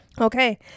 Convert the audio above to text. Okay